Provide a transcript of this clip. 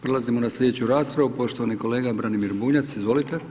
Prelazimo na slijedeću raspravu, poštovani kolega Branimir Bunjac, izvolite.